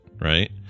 right